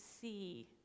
see